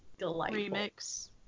remix